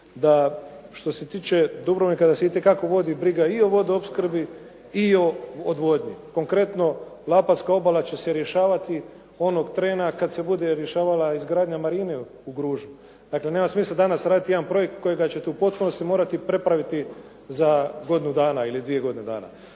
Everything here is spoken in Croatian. da što se tiče Dubrovnika da se itekako vodi briga i o vodoopskrbi i o odvodnji. Konkretno, … /Govornik se ne razumije./ … obala će se rješavati onog trena kad se bude rješavala izgradnja marine u Gružu. Dakle nema smisla danas raditi jedan projekt kojega ćete u potpunosti morati prepraviti za godinu dana ili dvije godine dana.